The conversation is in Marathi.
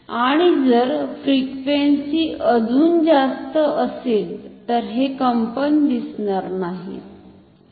आणि जर फ्रिक्वेन्सी अजुन जास्त असेल तर हे कंपन दिसणार नाहीत